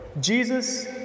Jesus